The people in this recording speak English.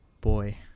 boy